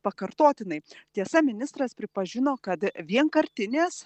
pakartotinai tiesa ministras pripažino kad vienkartinės